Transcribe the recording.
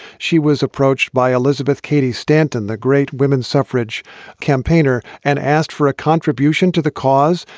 she was approached by elizabeth cady stanton, the great women's suffrage campaigner, and asked for a contribution to the cause.